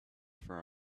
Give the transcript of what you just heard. for